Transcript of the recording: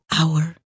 hour